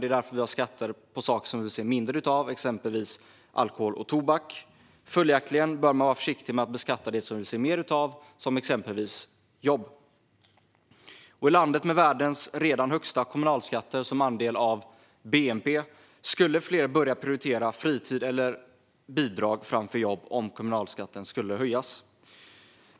Det är därför vi har skatt på saker som vi vill se mindre av, exempelvis alkohol och tobak. Följaktligen bör man vara försiktig med att beskatta det som vi vill se mer av, exempelvis jobb. I landet med världens redan högsta kommunalskatter som andel av bnp skulle fler börja prioritera fritid eller bidrag framför jobb om kommunalskatten skulle höjas.